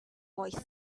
boy